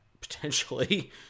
potentially